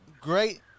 great